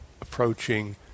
approaching